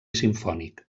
simfònic